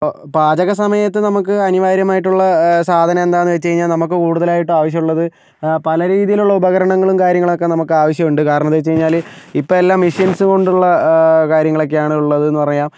ഇപ്പോൾ പാചക സമയത്ത് നമുക്ക് അനിവാര്യമായിട്ടുള്ള സാധനമെന്താണെന്ന് വെച്ച് കഴിഞ്ഞാൽ നമുക്ക് കൂടുതലായിട്ടും ആവശ്യമുള്ളത് പല രീതിയിലുള്ള ഉപകരണങ്ങളും കാര്യങ്ങളൊക്കെ നമുക്ക് ആവശ്യമുണ്ട് കാരണം എന്താണെന്ന് വെച്ചു കഴിഞ്ഞാൽ ഇപ്പം എല്ലാം മെഷീൻസും കൊണ്ടുള്ള കാര്യങ്ങളൊക്കെയാണ് ഉള്ളത് എന്ന് പറയാം